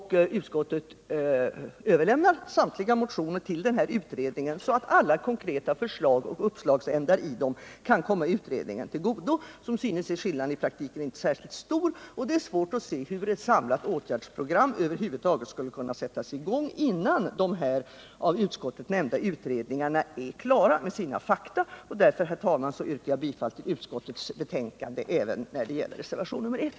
Utskottet överlämnar samtliga motioner till utredningen, så att alla konkreta förslag och uppslagsändar i dem kan komma utredningen till godo. — Som synes är skillnaden i praktiken inte särskilt stor, och det är svårt att se hur ett samlat åtgärdsprogram över huvud taget skulle kunna sättas i gång innan de av utskottet nämnda utredningarna är klara med sina fakta. Därför, herr talman, yrkar jag bifall till utskottets betänkande även när det gäller reservationen 1.